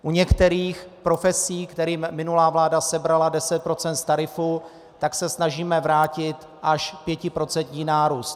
U některých profesí, kterým minulá vláda sebrala 10 % z tarifu, se snažíme vrátit až pětiprocentní nárůst.